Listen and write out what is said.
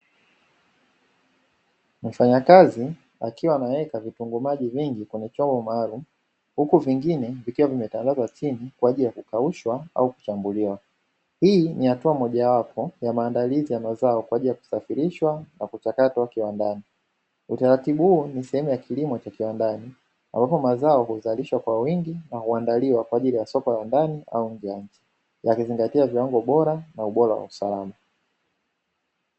Wafanyakazi wakiwa wanaweka vitunguu maji vingi kwenye chombo maalumu, huku vingingine vikiwa vimetandazwa chini kwa ajili ya kukaushwa au kuchambuliwa. Hii ni hatua mojawapo ya maandalizi ya mazao kwa ajili ya kusafirishwa kwa kuchakatwa kiwandani. Utaratibu huu ni sehemu ya kilimo cha kiwandani ambapo mazao huzalishwa kwa wingi na uandaliwa kwa ajili ya soko la ndani au nje ya nchi, yakizingatia viwango bora na ubora wa usalama